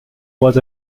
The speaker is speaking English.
was